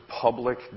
public